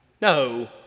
No